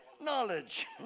Knowledge